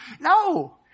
No